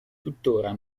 tuttora